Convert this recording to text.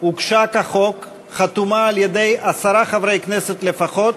הוגשה כחוק, חתומה על-ידי עשרה חברי כנסת לפחות,